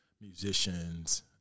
musicians